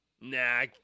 Nah